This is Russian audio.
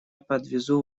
подвезу